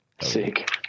Sick